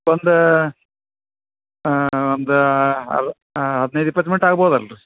ಒಂದು ಒಂದು ಅರ್ಧ ಹದಿನೈದು ಇಪ್ಪತ್ತು ಮಿನ್ಟ್ ಆಗ್ಬೌದು ಅಲ್ರಿ